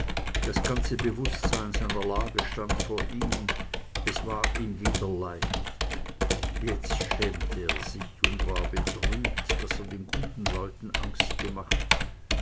das ganze bewußtsein seiner lage stand vor ihm es war ihm wieder leicht jetzt schämte er sich und war betrübt daß er den guten leuten angst gemacht